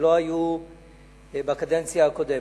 שלא היו בקדנציה הקודמת.